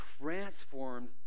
transformed